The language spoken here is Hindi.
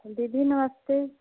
दीदी नमस्ते